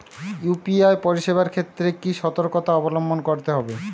UPI পরিসেবার ক্ষেত্রে কি সতর্কতা অবলম্বন করতে হবে?